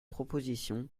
proposition